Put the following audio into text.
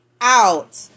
out